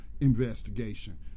investigation